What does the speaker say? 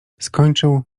skończył